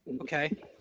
Okay